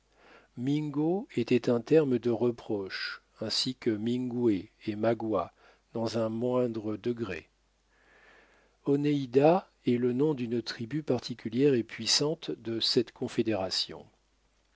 était un terme de reproche ainsi que mingwe et magua dans un moindre degré oneida est le nom d'une tribu particulière et puissante de cette confédération